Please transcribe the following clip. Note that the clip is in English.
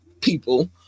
people